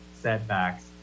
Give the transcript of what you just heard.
setbacks